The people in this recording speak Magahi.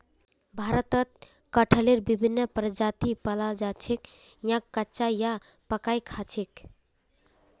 भारतत कटहलेर विभिन्न प्रजाति पाल जा छेक याक कच्चा या पकइ खा छेक